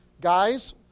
Guys